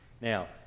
now